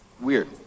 Weird